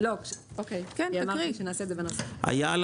היה על